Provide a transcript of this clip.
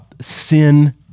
sin